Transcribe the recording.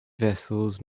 vessels